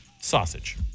Sausage